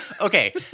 Okay